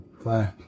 Fly